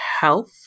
health